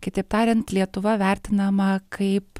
kitaip tariant lietuva vertinama kaip